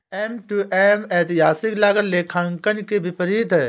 M to M ऐतिहासिक लागत लेखांकन के विपरीत है